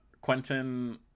quentin